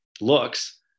looks